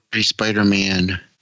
Spider-Man